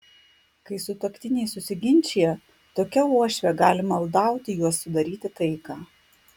kai sutuoktiniai susiginčija tokia uošvė gali maldauti juos sudaryti taiką